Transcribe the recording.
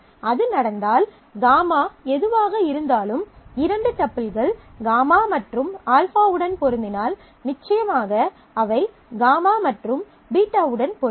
அது நடந்தால் γ எதுவாக இருந்தாலும் இரண்டு டப்பிள்கள் γ மற்றும் α உடன் பொருந்தினால் நிச்சயமாக அவை γ மற்றும் β உடன் பொருந்தும்